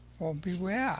beware!